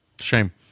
shame